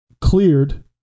cleared